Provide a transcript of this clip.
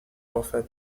offer